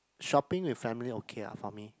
shopping with family okay ah for me